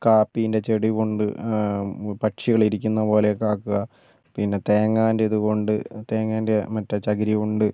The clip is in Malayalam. കാപ്പീൻ്റെ ചെടി കൊണ്ട് പക്ഷികൾ ഇരിക്കുന്ന പോലെയൊക്കെ ആക്കുക പിന്നെ തേങ്ങാൻ്റെ ഇതുകൊണ്ട് തേങ്ങേൻ്റെ മറ്റേ ചകിരി കൊണ്ട്